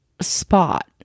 spot